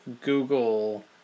google